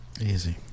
Easy